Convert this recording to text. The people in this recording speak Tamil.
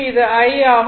இது I ஆகும்